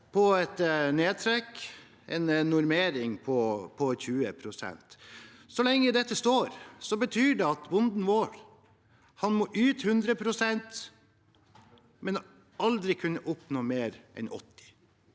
om et nedtrekk – en normering på 20 pst. Så lenge dette står, betyr det at bonden vår må yte 100 pst., men aldri kunne oppnå mer enn 80